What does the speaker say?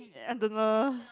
I don't know